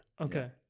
Okay